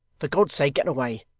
for god's sake, get away.